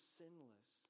sinless